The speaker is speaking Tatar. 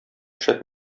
шәп